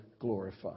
glorified